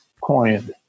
coined